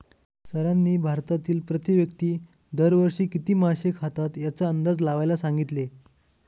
सरांनी भारतातील प्रति व्यक्ती दर वर्षी किती मासे खातात याचा अंदाज लावायला सांगितले?